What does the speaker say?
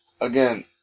again